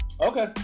Okay